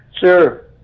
sir